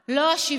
ארבעה לא אשיבנו".